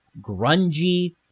grungy